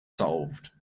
solved